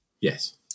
Yes